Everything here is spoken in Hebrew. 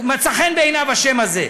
מצא חן בעיניו השם הזה,